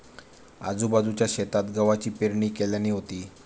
आजूबाजूच्या शेतात गव्हाची पेरणी केल्यानी होती